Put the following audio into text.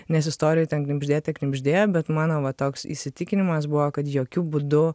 nes istorijoj ten knibždėte knibždėjo bet mano va toks įsitikinimas buvo kad jokiu būdu